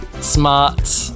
smart